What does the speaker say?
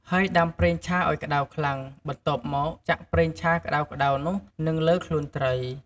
ហើយដាំប្រេងឆាឲ្យក្ដៅខ្លាំង បន្ទាប់មក ចាក់ប្រេងឆាក្ដៅៗនោះ និងលើខ្លួនត្រី។